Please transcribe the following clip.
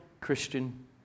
Christian